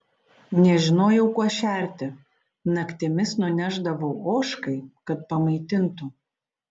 nežinojau kuo šerti naktimis nunešdavau ožkai kad pamaitintų